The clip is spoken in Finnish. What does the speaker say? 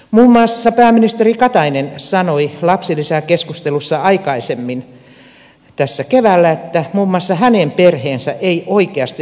muun muassa pääministeri katainen sanoi lapsilisäkeskustelussa aikaisemmin tässä keväällä että muun muassa hänen perheensä ei oikeasti lapsilisiä tarvitsisi